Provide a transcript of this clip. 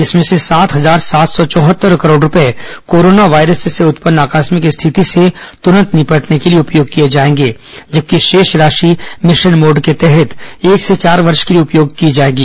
इसमें से सात हजार सात सौ चौहत्तर करोड रुपये कोरोना वायरस से उत्पन्न आकस्मिक स्थिति से ं तुरंत निपटने के लिए उपयोग किये जायेंगे जबकि शेष राशि मिशन मोड के तहत एक से चार वर्ष के लिए उपयोग की जायेगी